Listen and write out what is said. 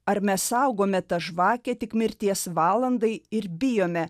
ar mes saugome tą žvakę tik mirties valandai ir bijome